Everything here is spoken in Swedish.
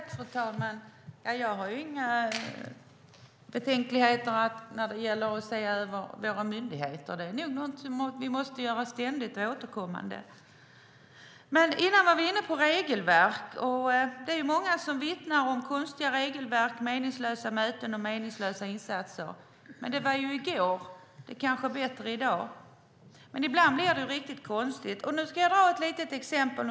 Fru talman! Jag har inga betänkligheter när det gäller att se över våra myndigheter. Det är nog någonting som vi måste göra ständigt och återkommande. Vi var tidigare inne på regelverk, och det är många som vittnar om konstiga regelverk, meningslösa möten och meningslösa insatser. Men det var ju i går. Det kanske är bättre i dag. Ibland blir det dock riktigt konstigt, och nu ska jag ta ett litet exempel.